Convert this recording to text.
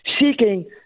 seeking